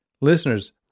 listeners